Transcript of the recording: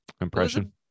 impression